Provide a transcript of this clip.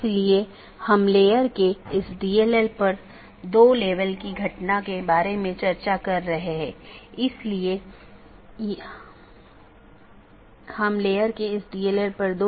इसलिए इस पर प्रतिबंध हो सकता है कि प्रत्येक AS किस प्रकार का होना चाहिए जिसे आप ट्रैफ़िक को स्थानांतरित करने की अनुमति देते हैं